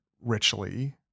richly